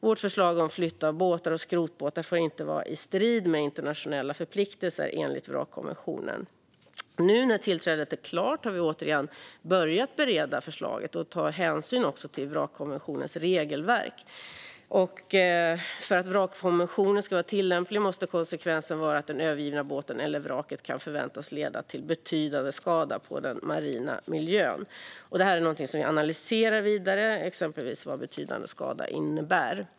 Vårt förslag om flytt av båtar och skrotbåtar får inte vara i strid med internationella förpliktelser enligt vrakkonventionen. Nu när tillträdet är klart har vi återigen börjat bereda förslaget, och vi tar hänsyn till vrakkonventionens regelverk. För att vrakkonventionen ska vara tillämplig måste konsekvensen vara att den övergivna båten eller det övergivna vraket kan förväntas leda till betydande skada på den marina miljön. Detta är någonting som vi analyserar vidare. Vad innebär exempelvis betydande skada?